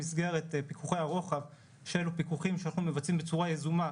במסגרת פיקוחי הרוחב של הפקוחים שאנחנו מבצעים בצורה יזומה,